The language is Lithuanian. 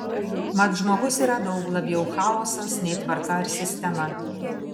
mat žmogus yra daug labiau chaosas nei tvarka ar sistema